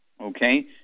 Okay